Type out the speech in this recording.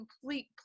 complete